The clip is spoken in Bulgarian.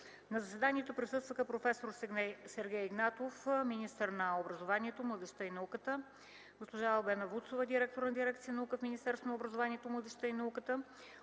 На заседанието присъстваха: проф. Сергей Игнатов – министър на образованието, младежта и науката; госпожа Албена Вуцова – директор на дирекция „Наука” в Министерството на образованието, младежта и науката.